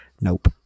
Nope